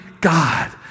God